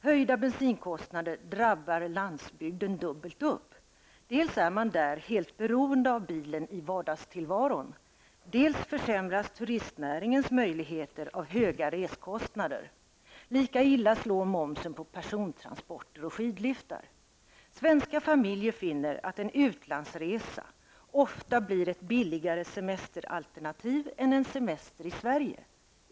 Höjda bensinkostnader drabbar landsbygden dubbelt upp. Dels är man där helt beroende av bilen i vardagstillvaron, dels försämras turistnäringens möjligheter av höga resekostnader. Lika illa slår momsen på persontransporter och skidliftar. Svenska familjer finner att en utlandsresa ofta blir ett billigare semesteralternativ än en semester i Sverige.